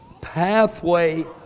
pathway